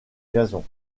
gazon